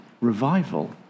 revival